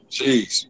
Jeez